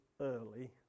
early